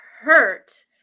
hurt